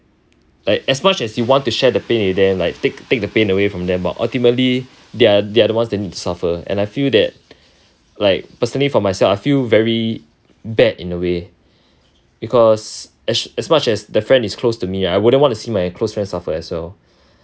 like as much as you want to share the pain with them like take take the pain away from them but ultimately they're they're the ones that needs to suffer and I feel that like personally for myself I feel very bad in a way because as as much as that friend is close to me I wouldn't want to see my close friends suffer as well